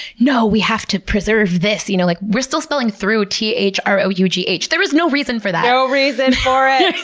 no! we have to preserve this. you know like we're still spelling through t h r o u g h. there is no reason for that! no reason for it!